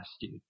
dude